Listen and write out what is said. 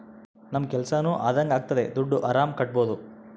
ನಮ್ ಕೆಲ್ಸನೂ ಅದಂಗೆ ಆಗ್ತದೆ ದುಡ್ಡು ಆರಾಮ್ ಕಟ್ಬೋದೂ